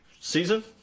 season